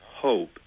hope